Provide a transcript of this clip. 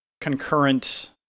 concurrent